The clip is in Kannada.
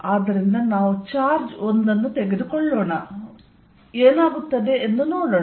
ಆದ್ದರಿಂದ ನಾವು ಚಾರ್ಜ್ 1 ಅನ್ನು ತೆಗೆದುಕೊಳ್ಳೋಣ ಮತ್ತು ಏನಾಗುತ್ತದೆ ಎಂದು ನೋಡೋಣ